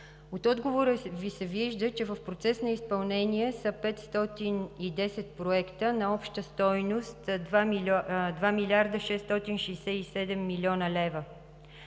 От отговора Ви се вижда, че в процес на изпълнение са 510 проекта на обща стойност 2 млрд. 667 млн. лв.